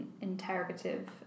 interrogative